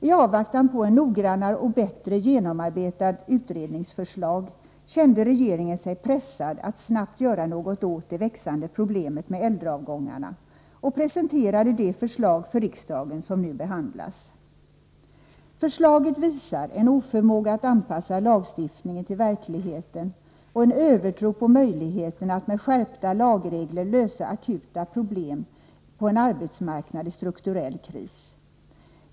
I avvaktan på ett noggrannare och bättre genomarbetat utredningsförslag kände regeringen sig pressad att snabbt göra något åt det växande problemet med äldreavgångarna. Man presenterade därför det förslag för riksdagen som nu behandlas. Förslaget visar på en oförmåga när det gäller att anpassa lagstiftningen till verkligheten och en övertro på möjligheten att med skärpta lagregler lösa akuta problem på en arbetsmarknad i strukturell kris.